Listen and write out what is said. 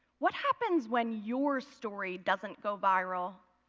what happens when your story doesn't go viral?